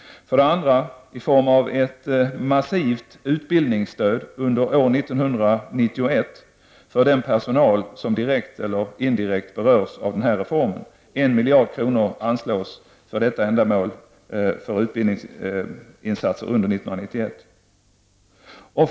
För det andra sker det i form av ett massivt utbildningsstöd under år 1991 för den personal som direkt eller indirekt berörs av den här reformen. En miljard kronor anslås för detta ändamål -- för utbildningsinsatser under 1991.